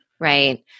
Right